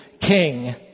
king